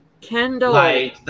Kendall